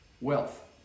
wealth